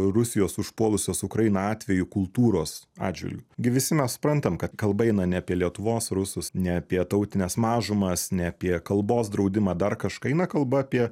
rusijos užpuolusios ukrainą atveju kultūros atžvilgiu gi visi mes suprantam kad kalba eina ne apie lietuvos rusus ne apie tautines mažumas ne apie kalbos draudimą dar kažką eina kalba apie